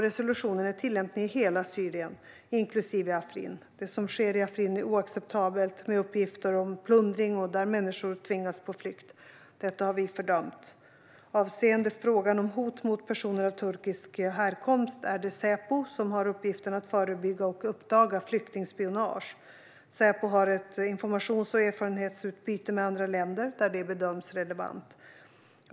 Resolutionen är tillämplig i hela Syrien, inklusive Afrin. Det som sker i Afrin är oacceptabelt, med uppgifter om plundring och där människor tvingas på flykt. Detta har vi fördömt. Avseende frågan om hot mot personer av turkisk härkomst är det Säpo som har uppgiften att förebygga och uppdaga flyktingspionage. Säpo har ett informations och erfarenhetsutbyte med andra länder där det bedöms relevant.